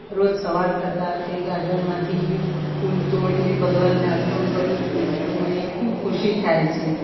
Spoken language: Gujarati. રોજ સવાર થતાં તે ગાર્ડનમાંથી ફૂલ તોડીને ભગવાનને અર્પણ કરું છું તો મને ખૂબ ખુશી થાય છે